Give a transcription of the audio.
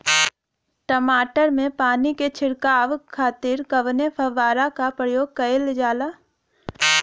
टमाटर में पानी के छिड़काव खातिर कवने फव्वारा का प्रयोग कईल जाला?